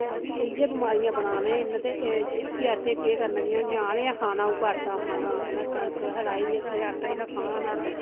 ते इयै बमारियां बनाने इन्ने ते एह् फिर असें केह् करना जियां न्यानें गै खाना उऐ आटा खाना हुन एह् कनक असें राही दी ऐ आटा जिल्ले खाना तां